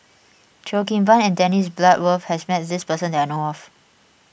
Cheo Kim Ban and Dennis Bloodworth has met this person that I know of